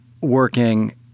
working